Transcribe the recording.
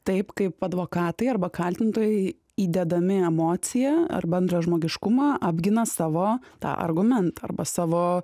taip kaip advokatai arba kaltintojai įdedami emociją ar bendrą žmogiškumą apgina savo tą argumentą arba savo